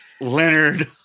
Leonard